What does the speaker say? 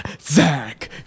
Zach